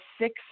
six